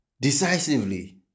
decisively